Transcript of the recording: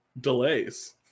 Delays